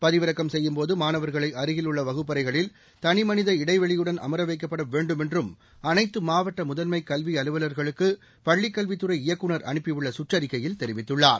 பதிவிறக்கம் செய்யும்போது மாணவர்களை அருகில் உள்ள வகுப்பறைகளில் தனிமனித இடைவெளியுடன் அமர வைக்கப்பட வேண்டும் என்றும் அனைத்து மாவட்ட முதன்மை கல்வி அலுவலர்களுக்கு பள்ளிக் கல்வித்துறை இயக்குநர் அனுப்பியுள்ள கற்றறிக்கையில் தெரிவித்துள்ளார்